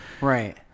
Right